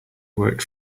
worked